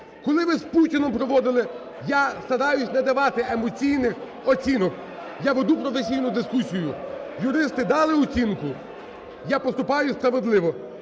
коли ви з Путіним проводили… Я стараюсь не давати емоційних оцінок, я веду професійну дискусію. Юристи дали оцінку, я поступаю справедливо.